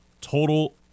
total